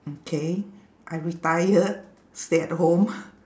okay I retired stay at home